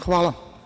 Hvala.